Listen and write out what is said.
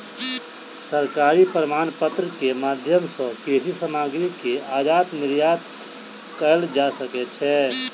सरकारी प्रमाणपत्र के माध्यम सॅ कृषि सामग्री के आयात निर्यात कयल जा सकै छै